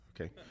okay